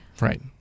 Right